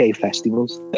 festivals